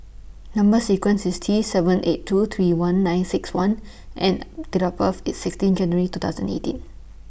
Number sequence IS T seven eight two three one nine six one and Date of birth IS sixteen January two thousand eighteen